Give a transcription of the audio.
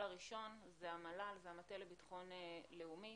הראשון זה המל"ל - המטה לביטחון לאומי.